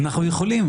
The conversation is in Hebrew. אנחנו יכולים.